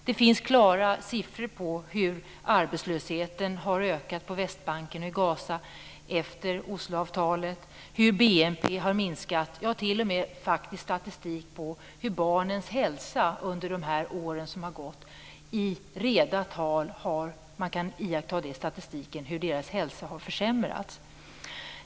Det finns klara siffror på hur arbetslösheten har ökat på Västbanken och Gaza efter Osloavtalet och på hur BNP har minskat. Det finns t.o.m. statistik över hur barnens hälsa under de år som har gått i reda tal har försämrats.